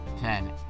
Ten